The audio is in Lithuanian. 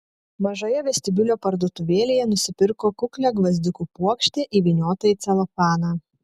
mažoje vestibiulio parduotuvėlėje nusipirko kuklią gvazdikų puokštę įvyniotą į celofaną